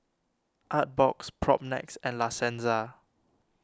Artbox Propnex and La Senza